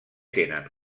tenen